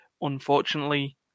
unfortunately